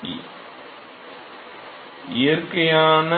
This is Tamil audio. மாணவர் இயற்கையான